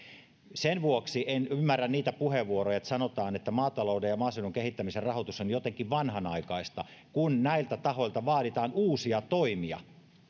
sen vuoksi en ymmärrä niitä puheenvuoroja että sanotaan että maatalouden ja maaseudun kehittämisen rahoitus on jotenkin vanhanaikaista kun näiltä tahoilta vaaditaan uusia toimia